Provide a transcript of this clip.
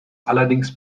allerdings